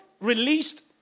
released